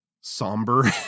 somber